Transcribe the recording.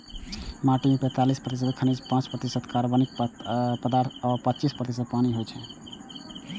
माटि मे पैंतालीस प्रतिशत खनिज, पांच प्रतिशत कार्बनिक पदार्थ आ पच्चीस प्रतिशत पानि होइ छै